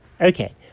Okay